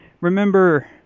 remember